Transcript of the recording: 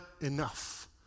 enough